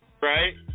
Right